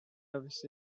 rubbish